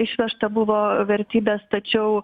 išvežta buvo vertybės tačiau